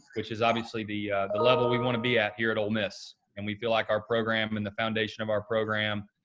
which is obviously the the level we want to be at here at ole miss. and we feel like our program, and the foundation of our program,